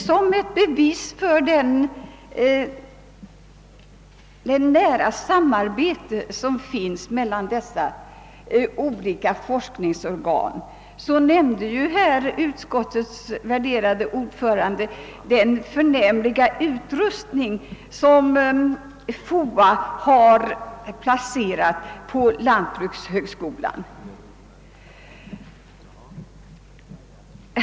Som ett bevis för det nära samarbete som förekommer mellan dessa olika forskningsorgan nämnde utskottets värderade ordförande den förnämliga utrustning som FOA har placerat på lantbrukshögskolan.